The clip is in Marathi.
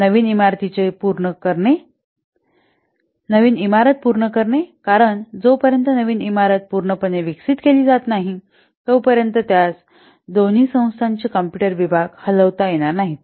नवीन इमारत पूर्ण करणे कारण जोपर्यंत नवीन इमारत पूर्णपणे विकसित केली जात नाही तोपर्यंत त्यास दोन्ही संस्थांचे कॉम्पुटर विभाग हलवता येणार नाहीत